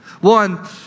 one